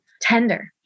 tender